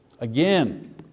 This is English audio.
Again